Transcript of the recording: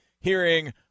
hearing